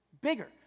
bigger